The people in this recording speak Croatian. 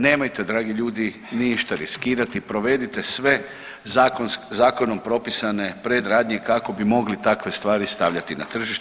Nemojte dragi ljudi ništa riskirati, provedite sve zakonom propisane predradnje kako bi mogli takve stvari stavljati na tržište.